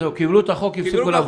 קיבלו את החוק, הפסיקו לבוא.